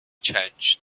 changed